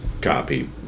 copy